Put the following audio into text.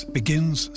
begins